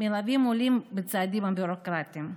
מלווים עולים בצעדים הביורוקרטיים.